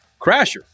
Crasher